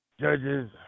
judges